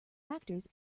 factors